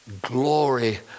glory